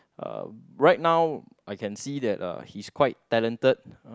uh right now I can see that uh he's quite talented